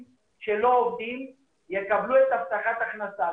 לא רק מתבטא בכמה כסף אני נותן לו או כמה הוא מקבל.